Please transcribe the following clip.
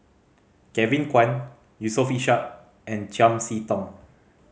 Kevin Kwan Yusof Ishak and Chiam See Tong